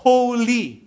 Holy